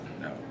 no